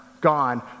gone